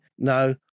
no